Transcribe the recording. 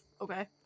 Okay